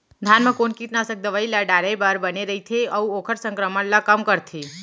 धान म कोन कीटनाशक दवई ल डाले बर बने रइथे, अऊ ओखर संक्रमण ल कम करथें?